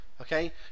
Okay